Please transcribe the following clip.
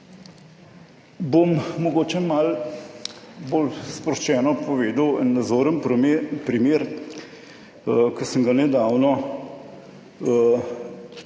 Bom mogoče malo bolj sproščeno povedal en nazoren primer, ki sem ga nedavno